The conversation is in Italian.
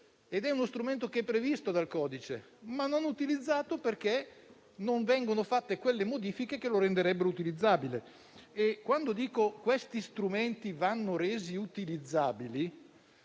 ed è uno strumento previsto dal codice ma non utilizzato perché non vengono fatte quelle modifiche che lo renderebbero utilizzabile. Quando dico che questi strumenti vanno resi utilizzabili